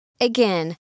again